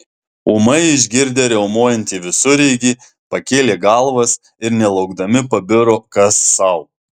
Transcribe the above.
ūmai išgirdę riaumojantį visureigį pakėlė galvas ir nelaukdami pabiro kas sau